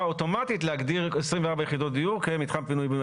אוטומטית להגדיר 24 יחידות דיור כמתחם פינוי בינוי,